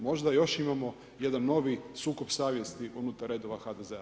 Možda još imamo jedan novi sukob savjesti unutar redova HDZ-a.